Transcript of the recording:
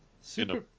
Super